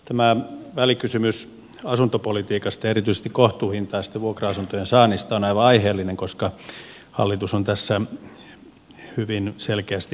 tämä välikysymys asuntopolitiikasta ja erityisesti kohtuuhintaisten vuokra asuntojen saannista on aivan aiheellinen koska hallitus on tässä hyvin selkeästi epäonnistunut